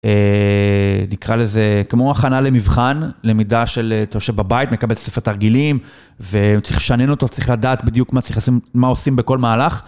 נקרא לזה, כמו הכנה למבחן, למידה של אתה יושב בבית, מקבל ספר תרגילים, וצריך לשנן אותו, צריך לדעת בדיוק מה עושים בכל מהלך.